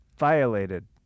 violated